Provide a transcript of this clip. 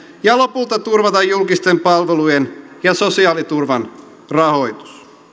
ja lopulta turvata julkisten palvelujen ja sosiaaliturvan rahoitus